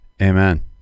Amen